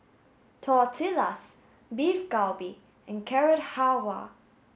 Tortillas Beef Galbi and Carrot Halwa